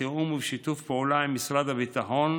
בתיאום ובשיתוף פעולה עם משרד הביטחון,